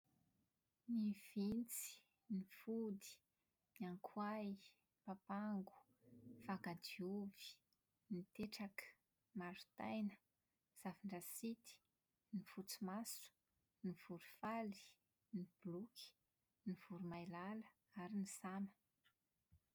Ny vintsy, ny fody, ny ankoay, papango, fangadiovy, ny petraka, marotaina, zafindrasity, ny fotsimaso, ny vorofaly, ny bokoly, ny voromailala, ary ny sana.